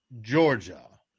Georgia